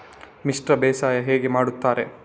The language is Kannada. ಮಿಶ್ರ ಬೇಸಾಯ ಹೇಗೆ ಮಾಡುತ್ತಾರೆ?